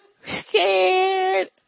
scared